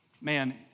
man